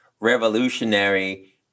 revolutionary